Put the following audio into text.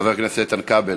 חבר הכנסת כבל,